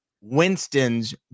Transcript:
Winston's